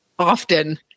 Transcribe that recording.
often